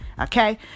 okay